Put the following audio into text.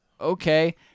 okay